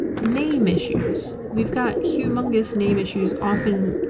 name issues, we've got humongous name issues often,